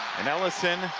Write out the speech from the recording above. and ellyson